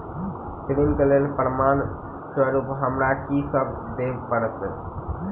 ऋण केँ लेल प्रमाण स्वरूप हमरा की सब देब पड़तय?